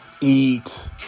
eat